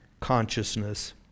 consciousness